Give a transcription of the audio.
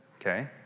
okay